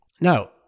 now